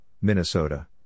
Minnesota